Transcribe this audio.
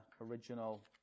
original